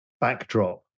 backdrop